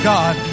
God